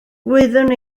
wyddwn